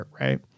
right